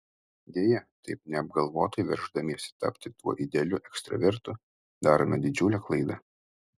deja taip neapgalvotai verždamiesi tapti tuo idealiu ekstravertu darome didžiulę klaidą